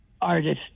artist